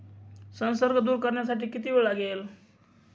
संसर्ग दूर करण्यासाठी किती वेळ लागेल?